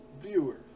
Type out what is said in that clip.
viewer